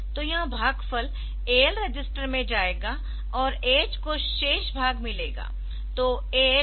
तो यह भागफल AL रजिस्टर में जाएगा और AH को शेष भाग मिलेगा